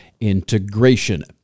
integration